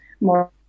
more